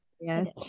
Yes